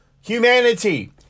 humanity